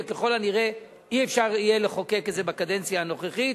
וככל הנראה אי-אפשר לחוקק את זה בקדנציה הנוכחית.